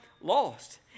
lost